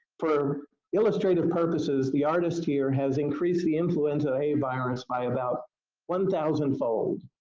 for illustrative purposes the artist here has increased the influenza a virus by about one thousand fold,